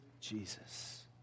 Jesus